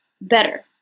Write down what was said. better